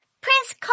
Prince